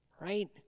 Right